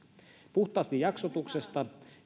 puhtaasti jaksotuksesta